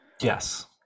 Yes